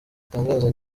itangaza